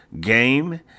game